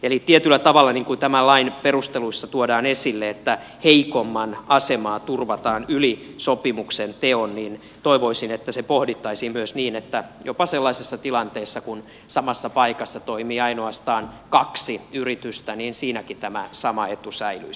eli tietyllä tavalla niin kuin tämän lain perusteluissa tuodaan esille että heikomman asemaa turvataan yli sopimuksenteon toivoisin että se pohdittaisiin myös niin että jopa sellaisessa tilanteessa kun samassa paikassa toimii ainoastaan kaksi yritystä tämä sama etu säilyisi